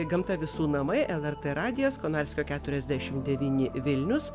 gamta visų namai lrt radijas konarskio keturiasdešim devyni vilnius